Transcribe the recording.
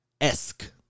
esque